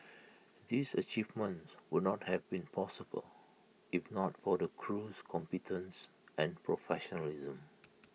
these achievements would not have been possible if not for the crew's competence and professionalism